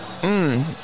Mmm